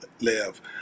live